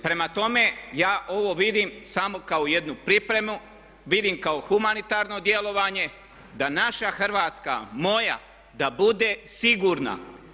Prema tome ja ovo vidim samo kao jednu pripremu, vidim kao humanitarno djelovanje da naša Hrvatska, moja da bude sigurna.